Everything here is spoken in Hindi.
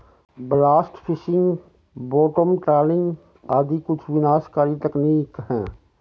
ब्लास्ट फिशिंग, बॉटम ट्रॉलिंग आदि कुछ विनाशकारी तकनीक है